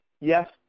Yes